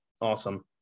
awesome